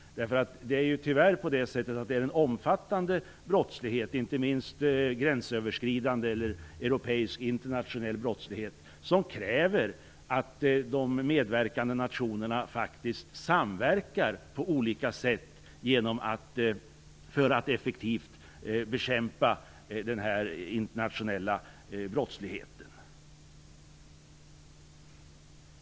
Det är tyvärr den omfattande brottsligheten, inte minst gränsöverskridande europeisk eller internationell brottslighet, som kräver att de medverkande nationerna skall samverka på olika sätt för att effektivt bekämpa den.